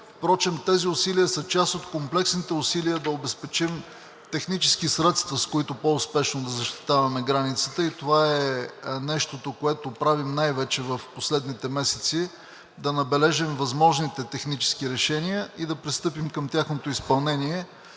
тези усилия са част от комплексните усилия да обезпечим технически средства, с които по-успешно да защитаваме границата, и това е нещото, което правим най-вече в последните месеци – да набележим възможните технически решения и да пристъпим към тяхното изпълнение.